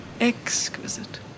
exquisite